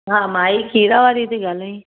हा माई खीरु वारी ती ॻाल्हाई